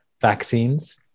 vaccines